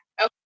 Okay